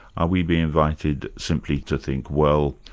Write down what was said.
are we being invited simply to think, well,